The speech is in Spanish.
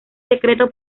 secreto